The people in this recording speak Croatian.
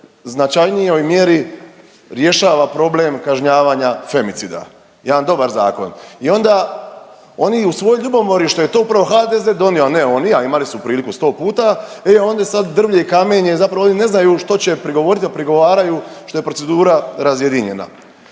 značajnijoj mjeri rješava problem kažnjavanja femicida. Jedan dobar zakon. I onda oni u svojoj ljubomori što je to upravo HDZ donio, a ne oni, a imali su priliku 100 puta, e oni sad drvlje i kamenje, zapravo oni ne znaju što će prigovoriti, a prigovaraju što je procedura razjedinjena.